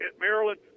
Maryland